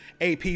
ap